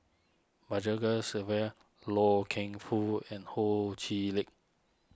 Sadasivan Loy Keng Foo and Ho Chee Lick